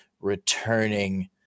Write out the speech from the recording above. returning